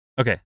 Okay